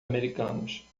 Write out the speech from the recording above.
americanos